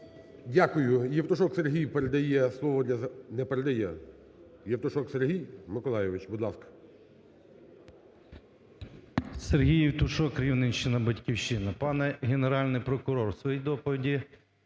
Дякую. Євтушок Сергій передає слово для, не передає. Євтушок Сергій Миколайович, будь ласка.